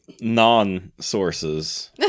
non-sources